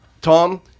Tom